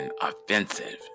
offensive